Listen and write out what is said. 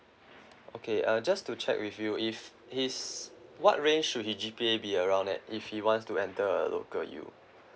okay uh just to check with you if he's what range will he G_P_A be around that if he wants to enter a local u